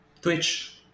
Twitch